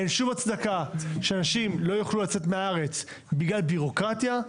אין שום הצדקה שאנשים לא יוכלו לצאת מהארץ בגלל ביורוקרטיה.